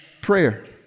prayer